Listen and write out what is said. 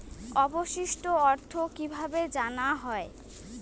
অবশিষ্ট অর্থ কিভাবে জানা হয়?